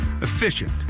efficient